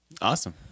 Awesome